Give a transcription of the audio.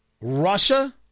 Russia